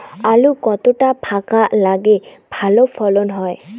আলু কতটা ফাঁকা লাগে ভালো ফলন হয়?